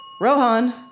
Rohan